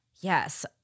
Yes